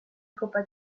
copa